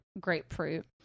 grapefruit